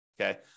Okay